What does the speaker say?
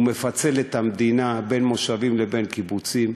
הוא מפצל את המדינה למושבים ולקיבוצים.